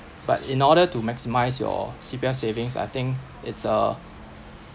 but in order to maximise your C_P_F savings I think it's a